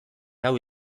lau